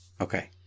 Okay